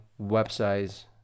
websites